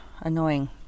annoying